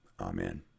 amen